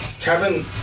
Kevin